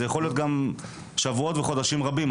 זה יכול להיות גם שבועות וחודשים רבים.